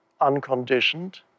unconditioned